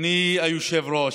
אדוני היושב-ראש,